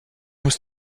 muss